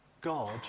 God